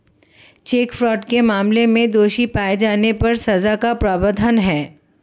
check fraud के मामले में दोषी पाए जाने पर सजा का प्रावधान है